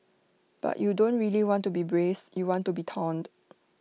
but you don't really want to be braced you want to be taunt